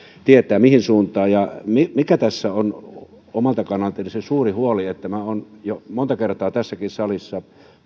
tietää mihin suuntaan ja se mikä tässä on omalta kannaltani se suuri huoli olen jo monta kertaa tässäkin salissa